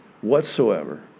whatsoever